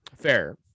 fair